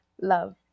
Love